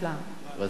זה היה פורה.